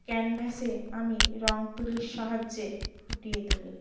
ক্যানভাসে আমি রঙ তুলির সাহায্যে ফুটিয়ে তুলি